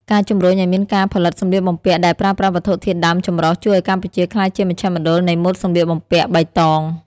ការជំរុញឱ្យមានការផលិតសម្លៀកបំពាក់ដែលប្រើប្រាស់វត្ថុធាតុដើមចម្រុះជួយឱ្យកម្ពុជាក្លាយជាមជ្ឈមណ្ឌលនៃម៉ូដសម្លៀកបំពាក់បៃតង។